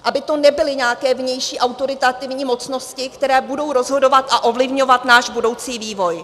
Aby to nebyly nějaké vnější autoritativní mocnosti, které budou rozhodovat a ovlivňovat náš budoucí vývoj.